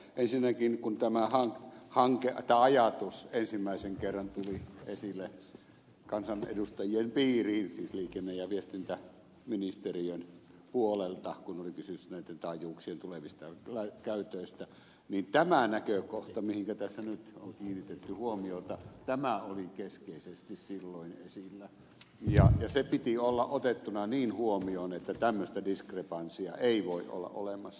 ensinnäkin kun tämä ajatus ensimmäisen kerran tuli esille kansanedustajien piiriin siis liikenne ja viestintäministeriön puolelta kun oli kysymys näitten taajuuksien tulevista käytöistä niin tämä näkökohta mihinkä tässä nyt on kiinnitetty huomiota oli keskeisesti silloin esillä ja se piti olla otettuna niin huomioon että tämmöistä diskrepanssia ei voi olla olemassa